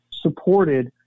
supported